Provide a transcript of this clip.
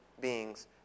beings